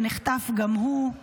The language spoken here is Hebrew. שנחטף גם הוא,